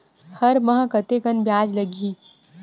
हर माह कतेकन ब्याज लगही?